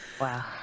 wow